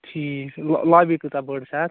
ٹھیٖک لابی کۭژاہ بٔڑ چھِ اَتھ